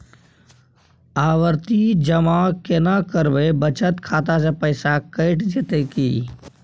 आवर्ति जमा केना करबे बचत खाता से पैसा कैट जेतै की?